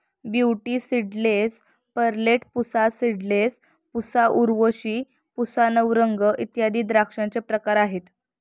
beauty seedless, Perlette, Pusa seedless, Pusa Urvashi, Pusa Navrang इत्यादी द्राक्षांचे प्रकार आहेत